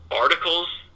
articles